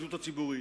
והשחיתות הציבורית.